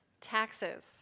Taxes